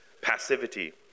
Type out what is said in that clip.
Passivity